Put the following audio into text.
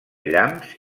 llamps